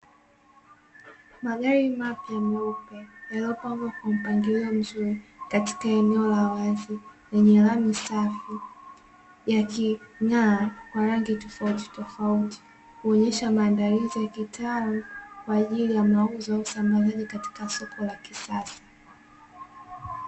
Magari mapya meupe, yaliyopangwa kwa mpangilio mzuri katika eneo la wazi lenye lami safi, yaking'aa kwa rangi tofautitofauti, kuonyesha maandalizi ya kitaalamu kwa ajili ya mauzo au usambazaji katika soko la kisasa.